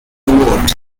vote